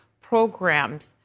programs